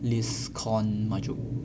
liz con maju